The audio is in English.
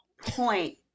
point